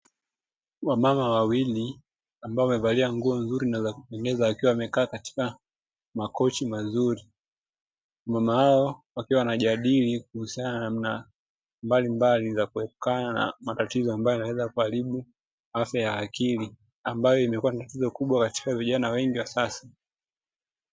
Wamama wawili ambao wamevalia nguo na kupendeza wakiwa wamekaa katika makochi mazuri, nyuma yao, wakiwa wanajadili kuhusiana na namna mbalimbali ya kuepukana na matatizo yanayoweza kuharibu afya ya akili ambayo imekuwa ni funzo kubwa katika vijana wengi wa sasa.